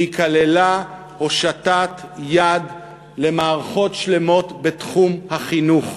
והיא כללה הושטת יד למערכות שלמות בתחום החינוך,